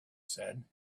said